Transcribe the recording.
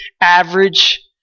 average